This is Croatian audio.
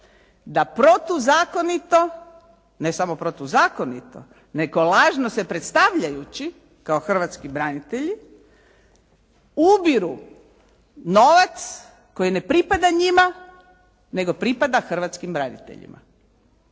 da protuzakonito, ne samo protuzakonito, nego lažno se predstavljajući kao hrvatski branitelji ubiru novac koji ne pripada njima, nego pripada hrvatskim braniteljima.